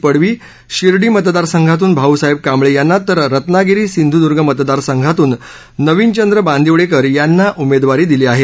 पडवी शिर्डी मतदारसंघातून भाऊसाहेब कांबळे यांना तर रत्नागिरी सिंधुदुर्ग मतदारसंघातून नविनचंद्र बांदिवडेकर यांचा या यादीत समावेश आहे